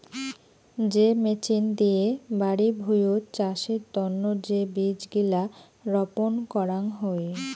যে মেচিন দিয়ে বাড়ি ভুঁইয়ত চাষের তন্ন যে বীজ গিলা রপন করাং হই